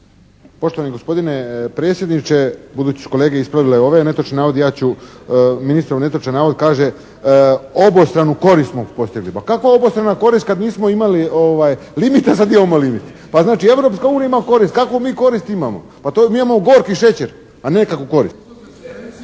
Poštovani gospodine predsjedniče. Budući da su kolege ispravile ove netočne navode, ja ću ministrov netočan navod. Kaže: "obostranu korist smo postigli". Pa kako obostrana korist kad nismo imali limita, sad imamo limita? Pa znači Europska unija ima korist, kakvu mi korist imamo? Pa to, mi imamo gorki šećer, a ne kakvu korist.